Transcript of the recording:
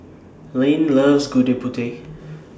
Lynne loves Gudeg Putih